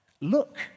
Look